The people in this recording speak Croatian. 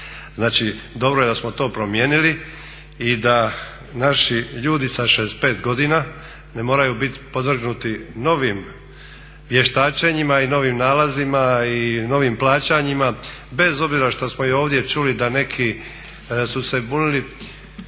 Znači, dobro je da smo to promijenili i da naši ljudi sa 65 godina ne moraju biti podvrgnuti novim vještačenjima i novim nalazima i novim plaćanjima bez obzira što smo i ovdje čuli da neki su se bunili